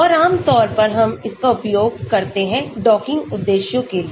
और आम तौर पर हम इसका उपयोग करते हैं डॉकिंग उद्देश्यों के लिए